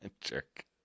Jerk